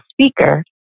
speaker